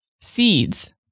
Seeds